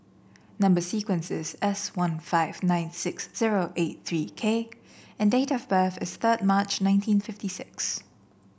number sequence is S one five nine six zero eight three K and date of birth is third March nineteen fifty six